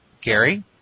Gary